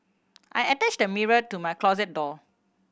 I attached the mirror to my closet door